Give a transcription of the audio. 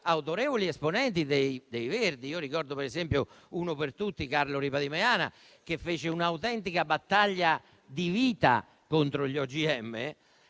autorevoli esponenti dei Verdi, come ad esempio, uno per tutti, Carlo Ripa di Meana, che fece un'autentica battaglia di vita contro gli OGM,